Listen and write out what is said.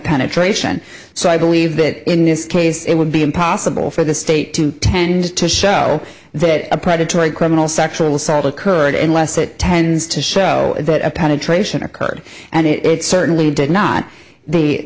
penetration so i believe that in this case it would be impossible for the state to intend to show that a predatory criminal sexual assault occurred any less it tends to show that a penetration occurred and it certainly did not the